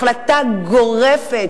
החלטה גורפת,